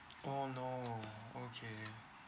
oh no okay